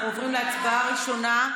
אנחנו עוברים להצבעה בקריאה ראשונה,